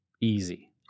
easy